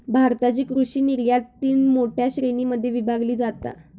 भारताची कृषि निर्यात तीन मोठ्या श्रेणीं मध्ये विभागली जाता